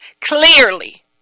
Clearly